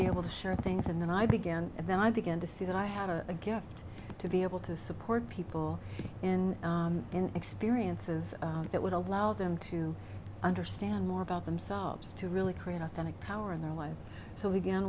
be able to share things and then i began and then i began to see that i had a gift to be able to support people in experiences that would allow them to understand more about themselves to really create authentic power in their life so again